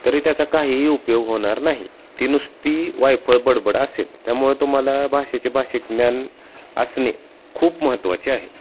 तरी त्याचा काहीही उपयोग होणार नाही ती नुसती वायफळ बडबड असेल त्यामुळं तुम्हाला भाषेचे भाषिक ज्ञान असणे खूप महत्त्वाचे आहे